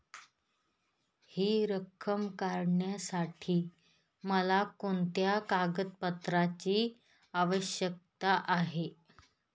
हि रक्कम काढण्यासाठी मला कोणत्या कागदपत्रांची आवश्यकता आहे?